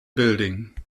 building